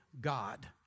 God